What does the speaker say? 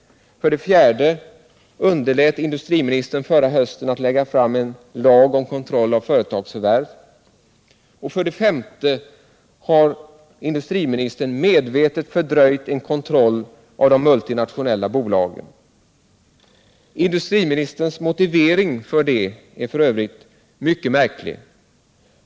För det fjärde underlät industriministern förra hösten att lägga fram en lag om kontroll av företagsförvärv. För det femte har industriministern medvetet fördröjt en kontroll av de multinationella bolagen. Industriministerns motivering för det är för övrigt mycket märklig.